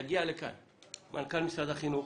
יגיע לכאן מנכ"ל משרד החינוך,